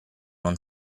non